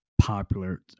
popular